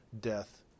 death